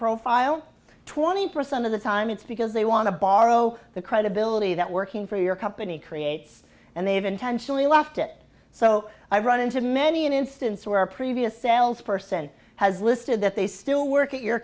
profile twenty percent of the time it's because they want to borrow the credibility that working for your company creates and they've intentionally left it so i run into many an instance where a previous sales person has listed that they still work at your